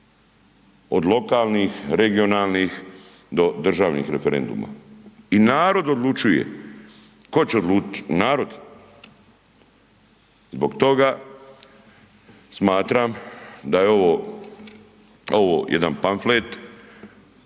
od lokalnih, regionalnih do državnih referenduma. I narod odlučuje tko će odlučiti, narod. Zbog toga smatram da je ovo, ovo jedan pamflet